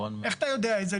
איך אתה יודע את זה?